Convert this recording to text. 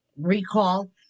recall